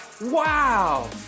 Wow